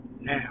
now